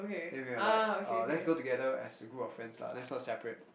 then we were like uh let's go together as a group of friends lah let's not separate